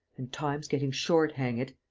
and time's getting short, hang it!